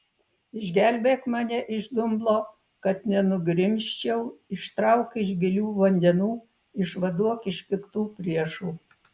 išgelbėk mane iš dumblo kad nenugrimzčiau ištrauk iš gilių vandenų išvaduok iš piktų priešų